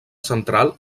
central